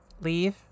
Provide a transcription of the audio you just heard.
Leave